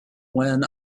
when